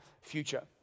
future